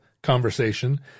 Conversation